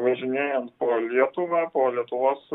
važinėjant po lietuvą po lietuvos